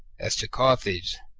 as to carthage,